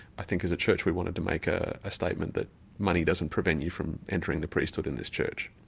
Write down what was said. i think as a church we wanted to make ah a statement that money doesn't prevent you from entering the priesthood in this church.